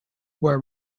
were